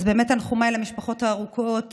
אז תנחומיי למשפחות של ההרוגות